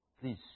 Please